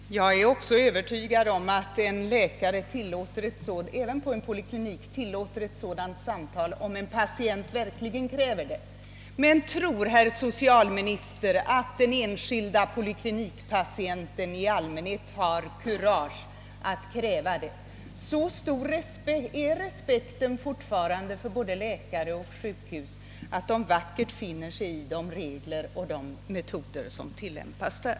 Herr talman! Jag är också övertygad om att en läkare även på en poliklinik tillåter ett sådant samtal i enrum om en patient verkligen kräver det. Men tror herr socialministern att de enskilda poliklinikpatienterna i allmänhet har kurage att kräva detta? Så stor är fortfarande respekten för både läkare och sjukhus att patienterna vackert finner sig i de regler och de metoder som tilllämpas där.